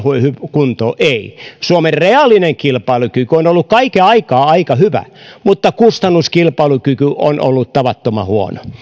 kuntoon ei suomen reaalinen kilpailukyky on ollut kaiken aikaa aika hyvä mutta kustannuskilpailukyky on ollut tavattoman huono